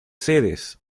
sedes